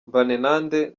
mbanenande